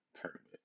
tournament